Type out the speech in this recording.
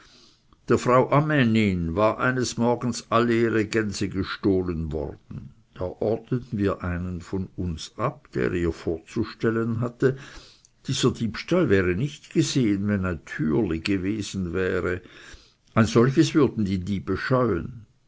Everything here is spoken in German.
der frau ammännin waren eines morgens alle ihre gänse gestohlen worden da ordneten wir einen von uns ab der ihr vorzustellen hatte dieser diebstahl wäre nicht geschehen wenn ein türli gewesen wäre ein solches würden die diebe scheuen